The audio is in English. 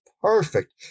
perfect